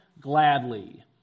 gladly